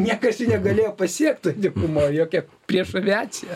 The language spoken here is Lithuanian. niekas jų negalėjo pasiekt toj dykumoj jokia priešų aviacija